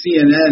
CNN